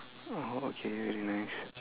orh okay very nice